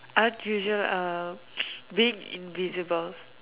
art usual uh big invisible